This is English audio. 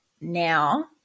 now